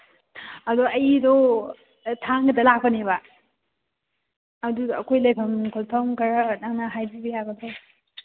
ꯑꯗꯨ ꯑꯩꯗꯣ ꯊꯥꯡꯒꯗ ꯂꯥꯛꯄꯅꯦꯕ ꯑꯗꯨꯗ ꯑꯩꯈꯣꯏ ꯂꯩꯕꯝ ꯈꯣꯠꯐꯝ ꯈꯔ ꯅꯪꯅ ꯍꯥꯏꯕꯤꯕ ꯌꯥꯒꯗ꯭ꯔꯣ